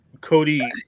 Cody